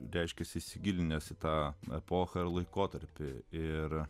reiškiasi įsigilinęs į tą epochą ar laikotarpį ir